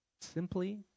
Simply